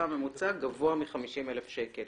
הממוצע לו הם זוכים גבוה מ-50,000 שקל.